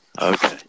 Okay